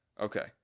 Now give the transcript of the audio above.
Okay